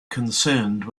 concerned